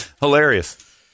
Hilarious